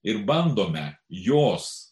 ir bandome jos